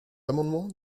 amendement